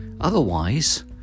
Otherwise